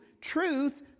Truth